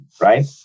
right